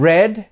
Red